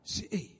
See